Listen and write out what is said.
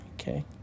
Okay